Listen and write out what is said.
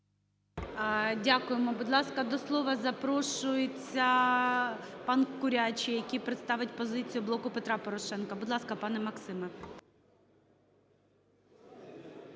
Дякуємо. Будь ласка, до слова запрошується пан Курячий, який представить позицію "Блоку Петра Порошенка". Будь ласка, пане Максиме.